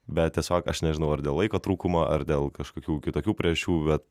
bet tiesiog aš nežinau ar dėl laiko trūkumo ar dėl kažkokių kitokių priežasčių bet